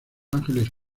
ángeles